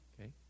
Okay